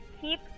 keep